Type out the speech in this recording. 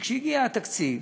כשהגיע התקציב,